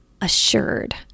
assured